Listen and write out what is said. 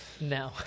No